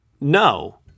No